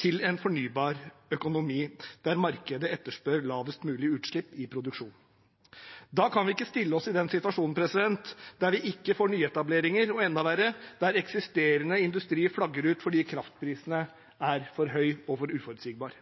til en fornybar økonomi, der markedet etterspør lavest mulig utslipp i produksjon. Da kan vi ikke stille oss i en situasjon der vi ikke får nyetableringer, og – enda verre – der eksisterende industri flagger ut fordi kraftprisen er for